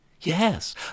Yes